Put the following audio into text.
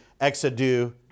exadu